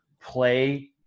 play